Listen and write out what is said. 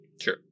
Sure